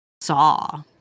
saw